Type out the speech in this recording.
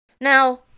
Now